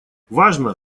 важно